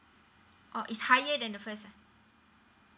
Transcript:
oh is higher than the first